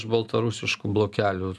iš baltarusiškų blokelių